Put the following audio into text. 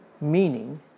meaning